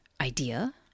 idea